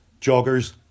joggers